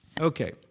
Okay